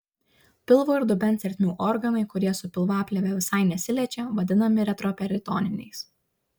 pilvo ir dubens ertmių organai kurie su pilvaplėve visai nesiliečia vadinami retroperitoniniais